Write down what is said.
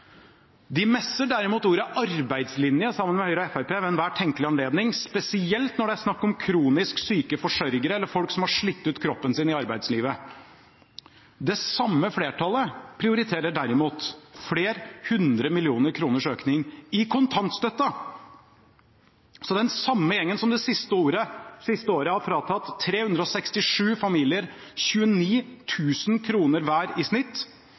De messer derimot ordet «arbeidslinje» sammen med Høyre og Fremskrittspartiet ved enhver tenkelig anledning, spesielt når det er snakk om kronisk syke forsørgere eller folk som har slitt ut kroppen sin i arbeidslivet. Det samme flertallet prioriterer derimot flere hundre millioner kroners økning i kontantstøtten. Så den samme gjengen som det siste året har fratatt 367 familier 29 000 kr hver i snitt